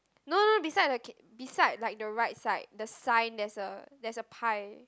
no no beside the k~ beside like the right side the sign there's a there's a pie